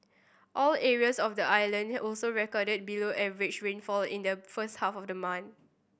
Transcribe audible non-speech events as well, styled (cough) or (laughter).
all areas of the island (unintelligible) also recorded below average rainfall in the first half of the month